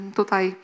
tutaj